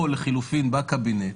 או לחילופין בקבינט,